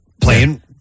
playing